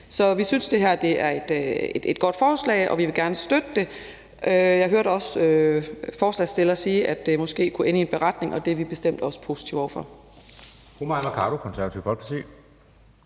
Så vi synes, at det her er et godt forslag, og vi vil gerne støtte det. Jeg hørte også forslagsstillerne sige, at det måske kunne ende i en beretning, og det er vi bestemt også positive over for.